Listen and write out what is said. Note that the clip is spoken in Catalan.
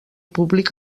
públic